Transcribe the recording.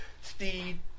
Steed